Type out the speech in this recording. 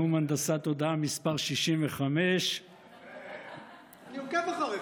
נאום הנדסה תודעה מס' 65. אני עוקב אחריך.